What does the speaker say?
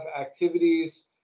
activities